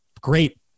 great